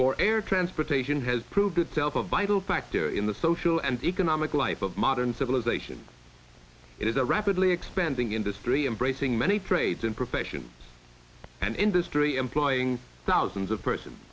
for air transportation has proved itself a vital factor in the social and economic life of modern civilization it is a rapidly expanding industry embracing many trades and professions and industry employing thousands of person